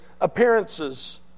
appearances